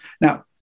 Now